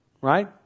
right